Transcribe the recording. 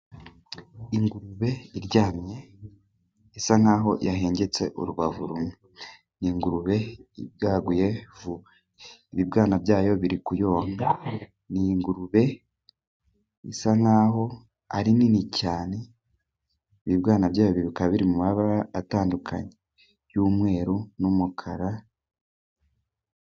Ingurube iryamye isa nk'aho yahengetse urubavu rumwe. Ni ingurube ibwaguye vuba, ibibwana byayo biri konka. Ni ngurube isa nk'aho ari nini cyane, ibibwana byayo biruka biri mu mabara atandukanye yumweru n'umukara.